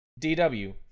DW